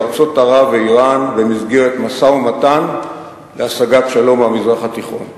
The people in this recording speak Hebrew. ארצות ערב ואירן במסגרת משא-ומתן להשגת שלום במזרח התיכון.